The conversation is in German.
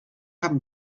haben